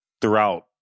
throughout